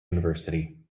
university